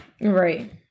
Right